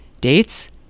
Dates